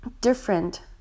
different